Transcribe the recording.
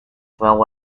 well